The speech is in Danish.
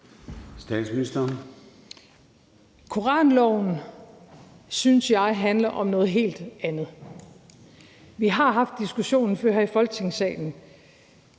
Koranloven synes jeg handler om noget helt andet. Vi har haft diskussionen før her i Folketingssalen.